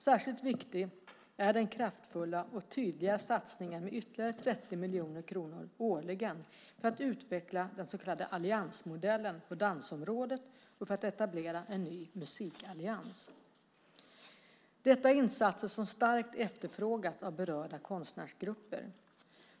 Särskilt viktig är den kraftfulla och tydliga satsningen med ytterligare 30 miljoner kronor årligen för att utveckla den så kallade alliansmodellen på dansområdet och för att etablera en ny musikallians. Detta är insatser som starkt efterfrågats av berörda konstnärsgrupper.